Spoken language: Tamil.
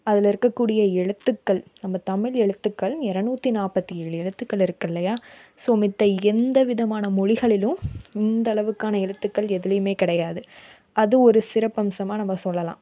அதில் இருக்க கூடிய எழுத்துக்கள் நம்ம தமிழ் எழுத்துக்கள் இரநூத்தி நாற்பத்தி ஏழு எழுத்துக்கள் இருக்குது இல்லையா ஸோ மத்த எந்த விதமான மொழிகளிலும் இந்த அளவுக்கான எழுத்துக்கள் எதுலேயுமே கிடையாது அது ஒரு சிறப்பு அம்சமாக நம்ம சொல்லலாம்